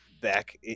back